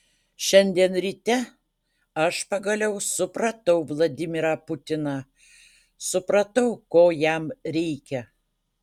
šiandien ryte aš pagaliau supratau vladimirą putiną supratau ko jam reikia